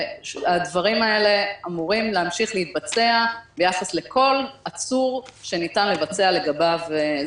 הדברים האלה אמורים להמשיך להתבצע ביחס לכל עצור שניתן לבצע לגביו.